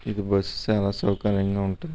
ఇది బస్సు చాలా సౌకర్యంగా ఉంటుంది